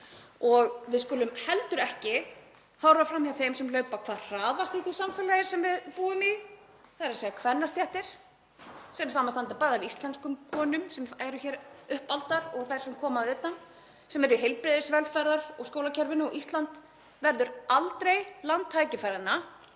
Við skulum heldur ekki horfa fram hjá þeim sem hlaupa hvað hraðast í því samfélagi sem við búum í. Það eru kvennastéttir sem samanstanda af íslenskum konum sem eru hér uppaldar og þeim sem koma að utan, sem eru í heilbrigðis-, velferðar- og skólakerfinu. Ísland verður aldrei land tækifæranna